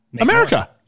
America